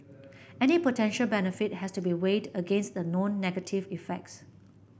any potential benefit has to be weighed against the known negative effects